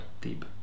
deep